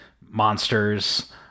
monsters